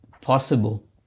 possible